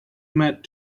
meant